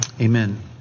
Amen